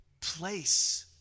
place